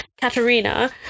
Katarina